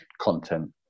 content